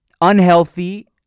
unhealthy